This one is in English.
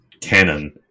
canon